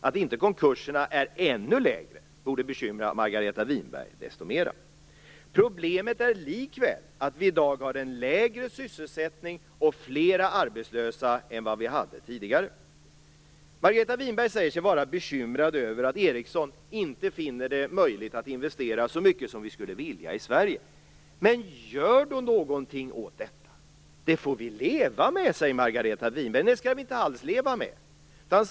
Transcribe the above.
Att antalet konkurser inte är ännu mindre borde bekymra Margareta Winberg desto mera. Problemet är likväl att vi i dag har en lägre sysselsättning och fler arbetslösa än vad vi hade tidigare. Margareta Winberg säger sig vara bekymrad över att Ericsson inte finner det möjligt att investera så mycket som vi skulle vilja i Sverige. Men gör då någonting åt detta! Det får vi leva med, säger Margareta Winberg. Nej, det skall vi inte alls leva med.